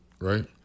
right